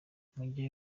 mujye